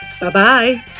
Bye-bye